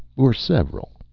or several.